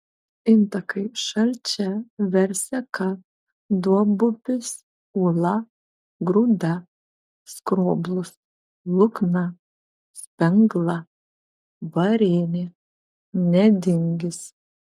intakai šalčia verseka duobupis ūla grūda skroblus lukna spengla varėnė nedingis